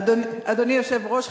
אדוני היושב-ראש,